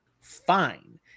fine